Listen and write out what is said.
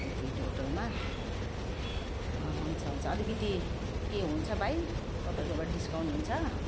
त्यति टोटलमा हुन्छ हुन्छ अलिकिति के हुन्छ भाइ तपाईँकोमा डिस्काउन्ट हुन्छ